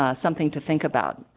ah something to think about ah.